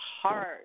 hard